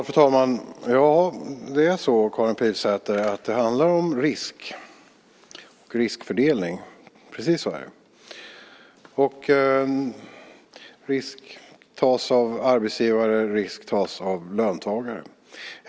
Fru talman! Det handlar om risk och riskfördelning, Karin Pilsäter. Precis så är det. Risk tas av arbetsgivare. Risk tas av löntagare.